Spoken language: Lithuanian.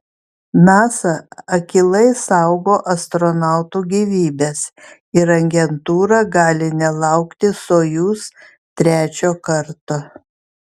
nasa akylai saugo astronautų gyvybes ir agentūra gali nelaukti sojuz trečio karto